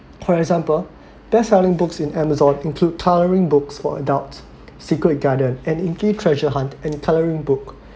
for example best selling books in Amazon include colouring books for adults secret garden an inky treasure hunt and colouring book